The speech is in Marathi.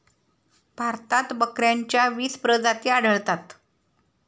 भारतात बकऱ्यांच्या वीस प्रजाती आढळतात